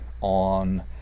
on